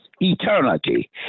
eternity